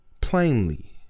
plainly